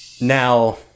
Now